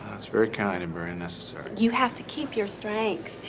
that's very kind and very unnecessary. you have to keep your strength.